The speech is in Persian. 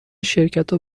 شرکتا